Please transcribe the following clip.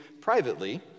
privately